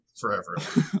forever